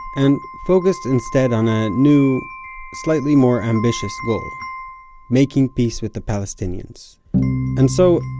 and focused, instead, on a new slightly more ambitious goal making peace with the palestinians and so,